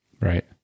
right